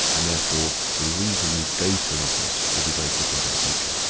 and therefore the reason you'd go to an office will be very different in the future.